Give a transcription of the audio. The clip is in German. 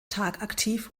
tagaktiv